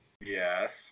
Yes